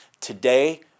Today